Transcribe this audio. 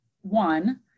one